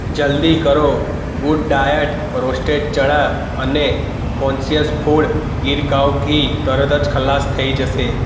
જલ્દી કરો good diet roasted ચણા અને કૉન્શિયસ ફૂડ ગીર કાઉ ઘી તરત જ ખલાસ થઇ જશે